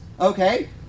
Okay